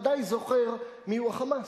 ודאי זוכר מי הוא ה"חמאס"